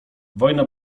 wojna